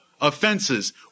offenses